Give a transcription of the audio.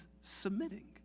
submitting